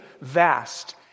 vast